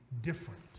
different